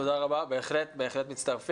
תודה רבה, בהחלט מצטרפים.